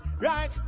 Right